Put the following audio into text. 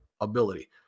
ability